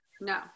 No